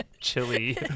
chili